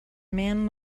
man